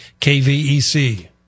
KVEC